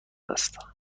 است